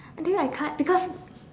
I tell you I can't because